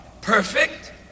perfect